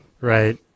Right